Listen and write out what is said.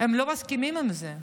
הם לא מסכימים עם זה,